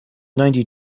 ninety